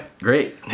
Great